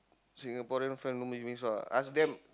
Singaporean friend don't make me ask them